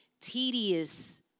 tedious